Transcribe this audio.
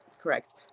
correct